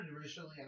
originally